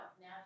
now